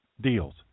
deals